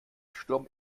sturm